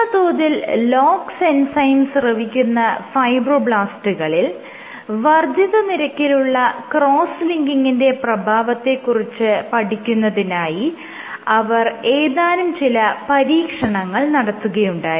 ഉയർന്ന തോതിൽ LOX enzyme സ്രവിക്കുന്ന ഫൈബ്രോബ്ലാസ്റ്റുകളിൽ വർദ്ധിത നിരക്കിലുള്ള ക്രോസ്സ് ലിങ്കിങിന്റെ പ്രഭാവത്തെ കുറിച്ച് പഠിക്കുന്നതിനായി അവർ ഏതാനും ചില പരീക്ഷണങ്ങൾ നടത്തുകയുണ്ടായി